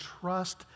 trust